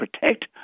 protect